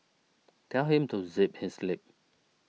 tell him to zip his lip